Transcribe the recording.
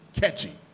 catchy